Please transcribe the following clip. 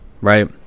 right